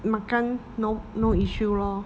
makan no no issue lor